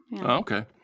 Okay